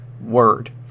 Word